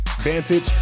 Vantage